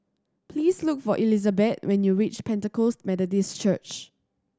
please look for Elizabet when you reach Pentecost Methodist Church